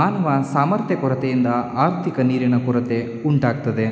ಮಾನವ ಸಾಮರ್ಥ್ಯ ಕೊರತೆಯಿಂದ ಆರ್ಥಿಕ ನೀರಿನ ಕೊರತೆ ಉಂಟಾಗ್ತದೆ